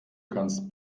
kannst